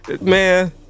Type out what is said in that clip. man